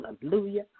Hallelujah